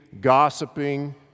gossiping